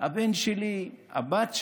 אבל הבן שלי, הבת שלי,